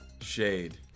Shade